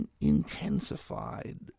intensified